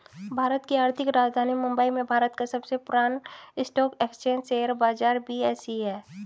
भारत की आर्थिक राजधानी मुंबई में भारत का सबसे पुरान स्टॉक एक्सचेंज शेयर बाजार बी.एस.ई हैं